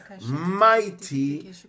mighty